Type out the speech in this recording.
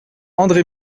andre